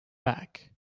back